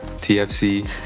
TFC